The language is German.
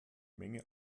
menge